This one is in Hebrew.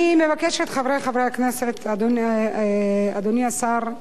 אני מבקשת, חברי חברי הכנסת, אדוני השר,